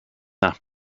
that